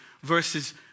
versus